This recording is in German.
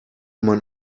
man